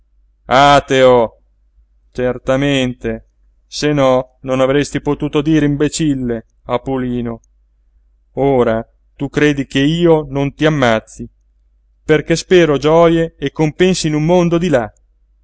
ateo certamente se no non avresti potuto dire imbecille a pulino ora tu credi ch'io non ti ammazzi perché spero gioje e compensi in un mondo di là